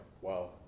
wow